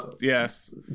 Yes